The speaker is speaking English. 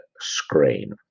screen